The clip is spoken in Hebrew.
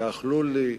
ואכלו לי,